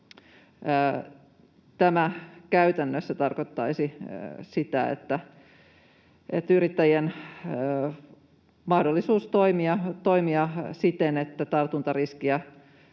Tämä käytännössä tarkoittaisi sitä, että yrittäjien mahdollisuutta toimia siten, että tartuntariskiä